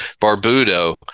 Barbudo